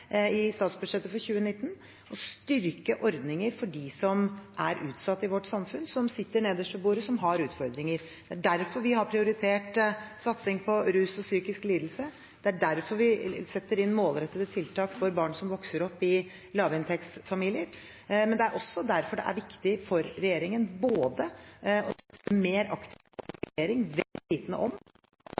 i statsbudsjettet for 2019 å styrke ordninger for dem som er utsatt i vårt samfunn, som sitter nederst ved bordet, som har utfordringer. Det er derfor vi har prioritert satsing mot rus og psykiske lidelser. Det er derfor vi setter inn målrettede tiltak for barn som vokser opp i lavinntektsfamilier. Det er også derfor det er viktig for regjeringen å satse mer aktivt på integrering – vel vitende om